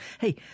Hey